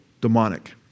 demonic